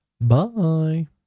bye